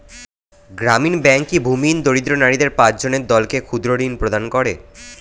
গ্রামীণ ব্যাংক কি ভূমিহীন দরিদ্র নারীদের পাঁচজনের দলকে ক্ষুদ্রঋণ প্রদান করে?